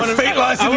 ah fate lies